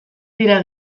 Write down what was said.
dira